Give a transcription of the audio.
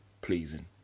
pleasing